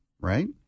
right